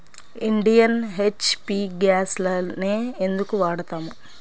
Indian, HP గ్యాస్లనే ఎందుకు వాడతాము?